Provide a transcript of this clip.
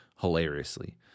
Hilariously